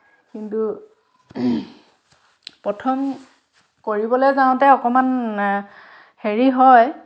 কিন্তু প্ৰথম কৰিবলৈ যাওঁতে অকণমান হেৰি হয়